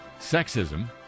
sexism